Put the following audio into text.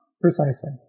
Precisely